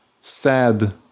sad